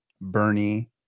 Bernie